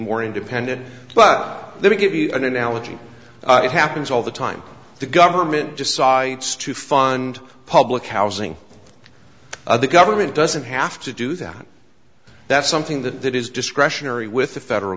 more independent but let me give you an analogy it happens all the time the government decides to fund public housing the government doesn't have to do that that's something that is discretionary with the federal